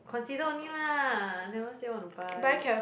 consider only lah never say want to buy